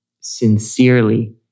sincerely